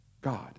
God